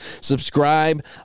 Subscribe